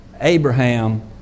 Abraham